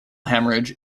hemorrhage